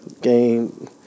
Game